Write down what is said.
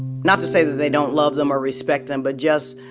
not to say that they don't love them or respect them, but just